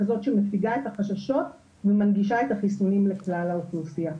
כזאת שמציגה את החששות ומנגישה את החיסונים לכלל האוכלוסייה.